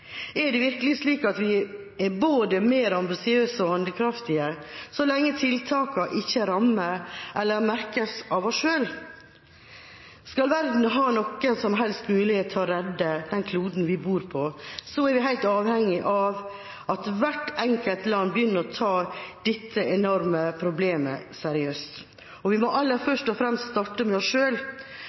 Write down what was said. Er det virkelig slik at vi er både mer ambisiøse og mer handlekraftige, så lenge tiltakene ikke rammer eller merkes av oss selv? Skal verden ha noen som helst mulighet til å redde kloden vi bor på, er vi helt avhengige av at hvert enkelt land begynner å ta dette enorme problemet seriøst. Vi må først og fremst starte med oss